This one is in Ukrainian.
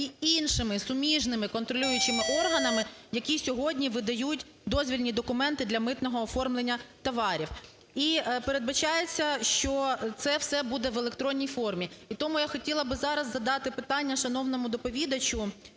і іншими суміжними контролюючими органами, які сьогодні видають дозвільні документи для митного оформлення товарів. І передбачається, що це все буде в електронній формі. І тому я хотіла би зараз задати питання шановному доповідачу.